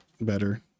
better